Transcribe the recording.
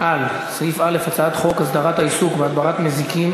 על הצעת חוק הסדרת העיסוק בהדברת מזיקים